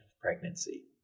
pregnancy